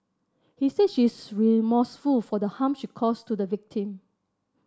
he said she is remorseful for the harm she caused to the victim